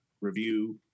review